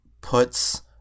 puts